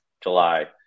July